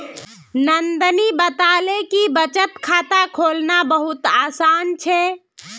नंदनी बताले कि बचत खाता खोलना बहुत आसान छे